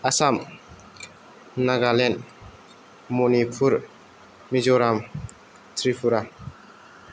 Assam Nagaland Manipur Mizoram Tripura